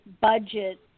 budget